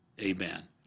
Amen